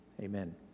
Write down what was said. amen